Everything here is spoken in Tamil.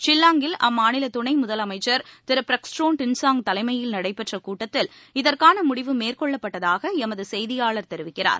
ஷில்லாங்கில் அம்மாநில துணை முதலனமச்சர் திரு பிரக்ஸ்டோன் டின்சாங் தலைமையில் நளடபெற்ற கூட்டத்தில் இதற்கான முடிவு மேற்னொள்ளப்பட்டதாக எமது செய்தியாளர் தெரிவிக்கிறார்